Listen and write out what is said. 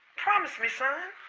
promise me, son.